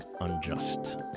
unjust